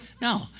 No